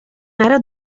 era